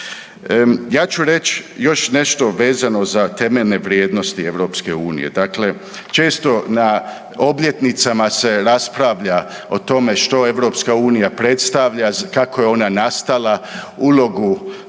Ja ću reći još nešto vezano za temeljne vrijednosti EU. Dakle, često na obljetnicama se raspravlja o tome što EU predstavlja, kako je ona nastala, ulogu